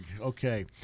Okay